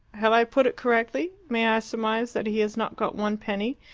have i put it correctly? may i surmise that he has not got one penny?